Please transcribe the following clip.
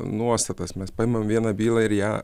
nuostatas mes paimam vieną bylą ir ją